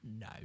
No